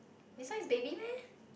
this one is baby meh